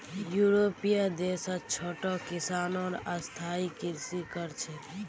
यूरोपीय देशत छोटो किसानो स्थायी कृषि कर छेक